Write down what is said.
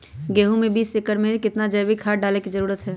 गेंहू में बीस एकर में कितना जैविक खाद डाले के जरूरत है?